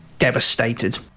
Devastated